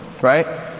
right